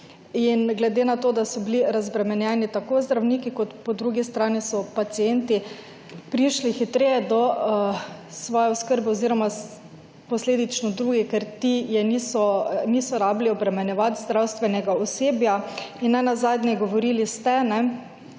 In glede na to, da so bili razbremenjeni tako zdravniki, kot po drugi strani so pacienti prišli hitreje do svoje oskrbe oziroma posledično drugi, ker ti niso rabili obremenjevati zdravstvenega osebja. In nenazadnje, govorili ste, da